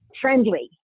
friendly